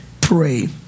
pray